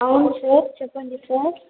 అవును సార్ చెప్పండి సార్